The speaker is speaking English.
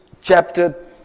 chapter